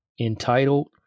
entitled